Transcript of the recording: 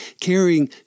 carrying